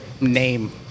name